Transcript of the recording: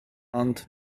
ond